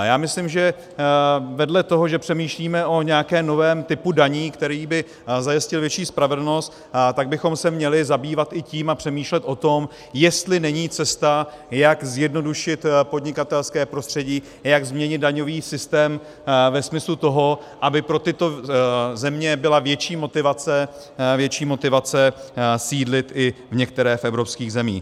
Já myslím, že vedle toho, že přemýšlíme o nějakém novém typu daní, který by zajistil větší spravedlnost, tak bychom se měli zabývat i tím a přemýšlet o tom, jestli není cesta, jak zjednodušit podnikatelské prostředí, jak změnit daňový systém ve smyslu toho, aby pro tyto země byla větší motivace sídlit i v některé z evropských zemí.